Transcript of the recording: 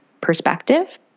perspective